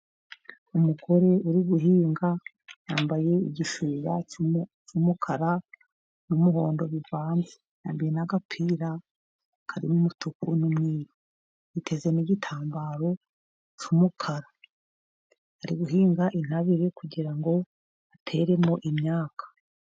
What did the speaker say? Umugore uri guhinga yambaye igishura cy'umukara n'umuhondo bivanze, yambaye n'agapira karimo umutuku n'umweru, yiteze n'itambaro cy'umukara ari guhinga intabire kugirango ngo ateremo imyaka.